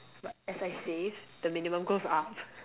but as I save the minimum goes up